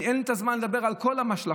אין לי את הזמן לדבר על כל ההשלכות,